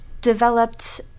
developed